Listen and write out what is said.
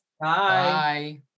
Bye